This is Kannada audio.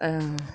ಹಾಂ